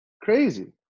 crazy